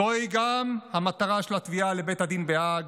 זוהי גם המטרה של התביעה בבית הדין בהאג.